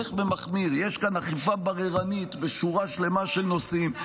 יש כאן אכיפה בררנית בשורה שלמה של נושאים.